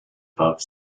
above